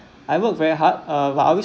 I work very hard uh but I always